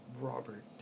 Robert